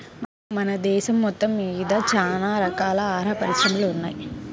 మన దేశం మొత్తమ్మీద చానా రకాల ఆహార పరిశ్రమలు ఉన్నయ్